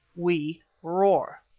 we roar!